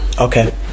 Okay